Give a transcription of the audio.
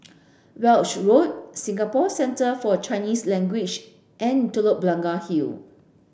Weld Road Singapore Centre For Chinese Language and Telok Blangah Hill